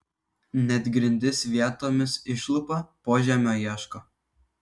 net grindis vietomis išlupa požemio ieško